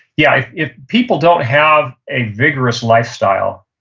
yeah, if people don't have a vigorous lifestyle,